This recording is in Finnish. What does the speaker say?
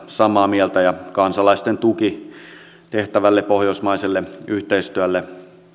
samaa mieltä ja kansalaisten tuki tehtävälle pohjoismaiselle yhteistyölle